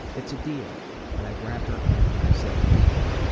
it's a deal and i grabbed her hand and i said, deal.